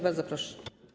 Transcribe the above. Bardzo proszę.